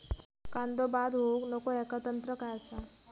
कांदो बाद होऊक नको ह्याका तंत्र काय असा?